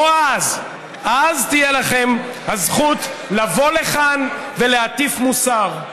או-אז אז תהיה לכם הזכות לבוא לכאן ולהטיף מוסר.